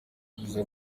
bugize